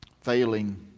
failing